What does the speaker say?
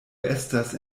estas